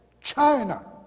China